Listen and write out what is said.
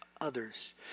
others